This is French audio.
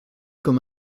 comme